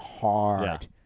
hard